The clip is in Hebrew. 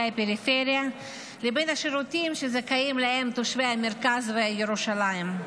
הפריפריה לבין השירותים שזכאים להם תושבי המרכז וירושלים.